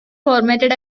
formatted